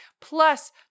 plus